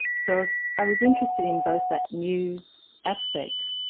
so so i was interested in both that new aspect,